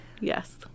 Yes